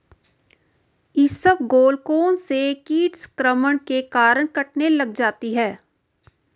इसबगोल कौनसे कीट संक्रमण के कारण कटने लग जाती है?